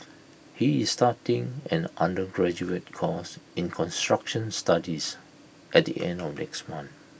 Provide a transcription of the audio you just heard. he is starting an undergraduate course in construction studies at the end of next month